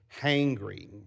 hangry